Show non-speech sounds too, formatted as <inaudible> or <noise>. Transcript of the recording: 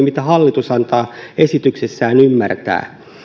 <unintelligible> mitä hallitus antaa esityksessään ymmärtää